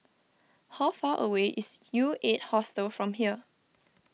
how far away is U eight Hostel from here